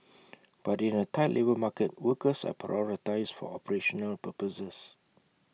but in A tight labour market workers are prioritised for operational purposes